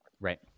Right